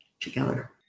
together